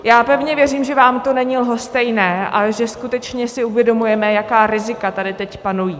Já pevně věřím, že vám to není lhostejné a že skutečně si uvědomujeme, jaká rizika tady teď panují.